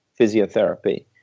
physiotherapy